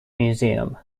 museum